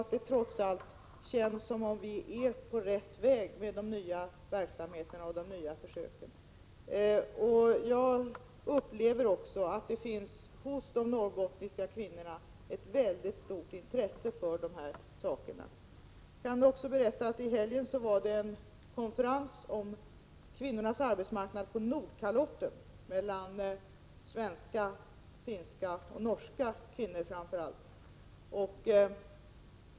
Det känns trots allt som om vi är på rätt väg med de nya verksamheterna och de nya försöken. Jag upplever också att det hos de norrbottniska kvinnorna finns ett mycket stort intresse för dessa saker. Jag kan berätta att det i helgen hölls en konferens om kvinnors arbetsmarknad på Nordkalotten med framför allt svenska, finska och norska kvinnor.